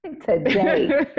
today